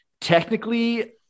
technically